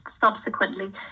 subsequently